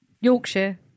Yorkshire